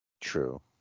True